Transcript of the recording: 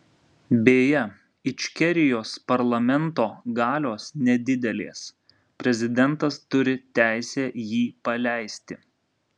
beje ičkerijos parlamento galios nedidelės prezidentas turi teisę jį paleisti